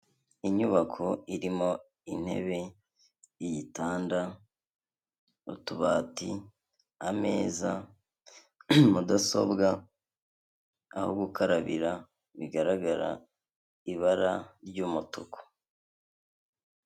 Inyubako irimo intebe, ibitanda, utubati, ameza, mudasobwa aho gukarabira bigaragara ibara ry'umutuku.